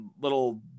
little